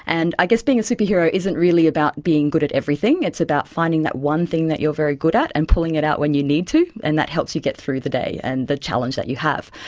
and i guess being a superhero isn't really about being good at everything, it's about finding that one thing that you are very good at and pulling it out when you need to, and that helps you get through the day and the challenge that you have.